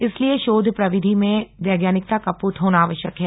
इसलिए शोध प्रविधि में वैज्ञानिकता का पूट होना आवश्यक है